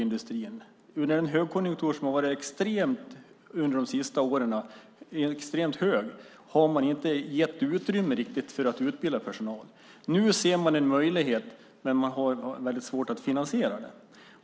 Under den extrema högkonjunkturen de senaste åren har man inte riktigt gett utrymme för att utbilda personal. Nu ser man en möjlighet, men man har svårt att finansiera det.